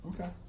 Okay